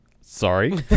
Sorry